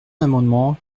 amendement